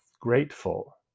grateful